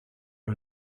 are